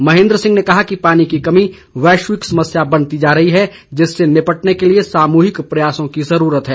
महेन्द्र सिंह ने कहा कि पानी की कमी वैश्विक समस्या बनती जा रही है जिससे निपटने के लिए सामूहिक प्रयासों की जरूरत है